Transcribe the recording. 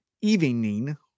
evening